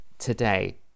today